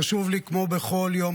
חשוב לי כמו בכל יום,